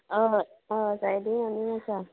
अ अ सायडीकू आनींग आसा